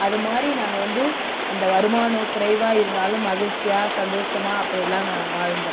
அது மாதிரி நாங்கள் வந்து இந்த வருமானம் குறைவாக இருந்தாலும் மகிழ்ச்சியாக சந்தோஷமா அப்படியெல்லாம் நாங்கள் வாழ்ந்தோம்